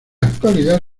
actualidad